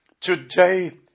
Today